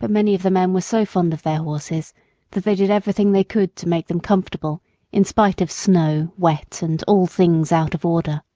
but many of the men were so fond of their horses that they did everything they could to make them comfortable in spite of snow, wet, and all things out of order.